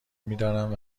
میدارند